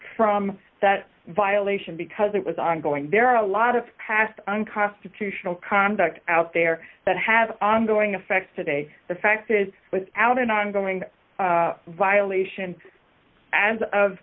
from that violation because it was ongoing there are a lot of past unconstitutional conduct out there that have ongoing effect today the fact is with out an ongoing violation as of